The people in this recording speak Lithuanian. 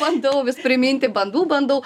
bandau vis priminti bandau bandau